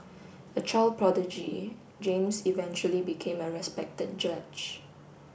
a child prodigy James eventually became a respected judge